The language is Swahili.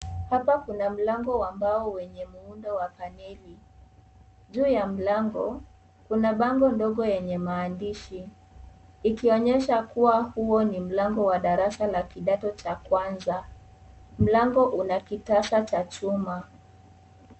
Hapa kuna mlango wa mbao wenye muundo wa paneli, juu ya mlango kuna bango ndogo yenye maandishi, ikionyesha kuwa huo ni mlango wa darasa la kidato cha kwanza mlango una kitasa cha chuma.